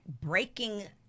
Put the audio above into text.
breaking